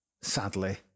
Sadly